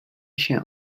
się